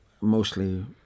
mostly